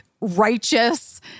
righteous